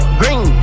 green